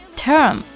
term